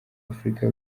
afurika